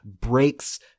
breaks